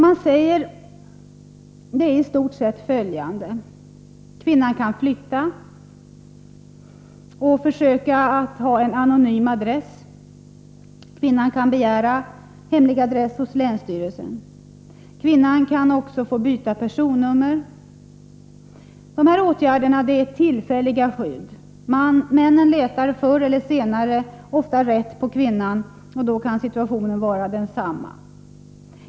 Man säger istort sett att kvinnan kan flytta och försöka ha en anonym adress — kvinnan kan begära hemlig adress hos länsstyrelsen. Kvinnan kan också få byta personnummer. Dessa åtgärder är tillfälliga skydd. Männen letar ofta förr eller senare rätt på kvinnan, och då kan situationen vara densamma.